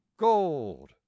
Gold